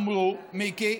מיקי,